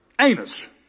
anus